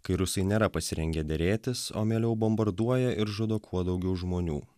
kai rusai nėra pasirengę derėtis o mieliau bombarduoja ir žudo kuo daugiau žmonių